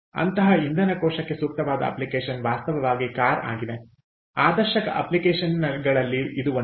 ಅಂತಹ ಇಂಧನ ಕೋಶಕ್ಕೆ ಸೂಕ್ತವಾದ ಅಪ್ಲಿಕೇಶನ್ ವಾಸ್ತವವಾಗಿ ಕಾರ್ ಆಗಿದೆ ಆದರ್ಶ ಅಪ್ಲಿಕೇಶನ್ಗಳಲ್ಲಿ ಇದು ಒಂದಾಗಿದೆ